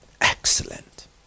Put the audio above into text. Excellent